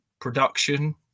production